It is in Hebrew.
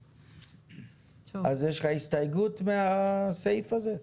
יש לך הסתייגות מהסעיף הזה?